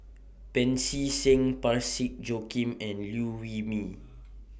Pancy Seng Parsick Joaquim and Liew Wee Mee